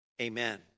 Amen